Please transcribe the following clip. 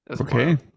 Okay